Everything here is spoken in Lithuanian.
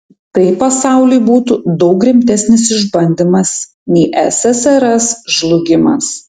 tai pasauliui būtų daug rimtesnis išbandymas nei ssrs žlugimas